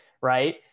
Right